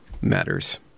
matters